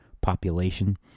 population